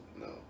No